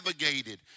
navigated